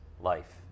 life